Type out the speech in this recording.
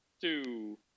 two